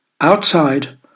Outside